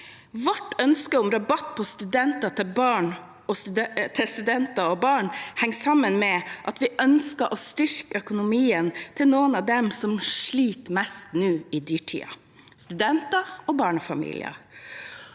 Vårt ønske om rabatt til studenter og barn henger sammen med at vi ønsker å styrke økonomien til noen av dem som sliter mest nå i dyrtiden: studenter og barnefamilier.